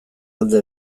alde